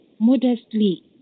modestly